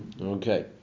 okay